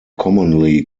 commonly